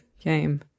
game